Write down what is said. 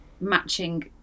matching